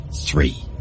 Three